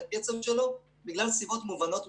בגלל סיבות מובנות.